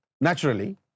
naturally